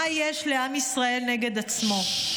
מה יש לעם ישראל נגד עצמו?